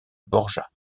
borja